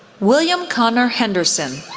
william connor henderson,